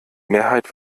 mehrheit